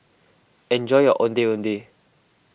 enjoy your Ondeh Ondeh